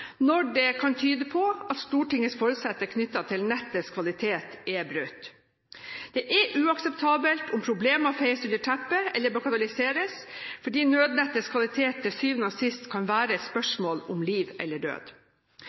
når det kan tyde på at Stortingets forutsetninger knyttet til nettets kvalitet er brutt. Det er uakseptabelt om problemer feies under teppet eller bagatelliseres, fordi nødnettets kvalitet kan til syvende og sist være et spørsmål om liv eller død.